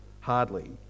Hardly